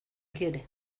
quiere